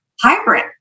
hybrid